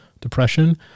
depression